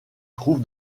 trouve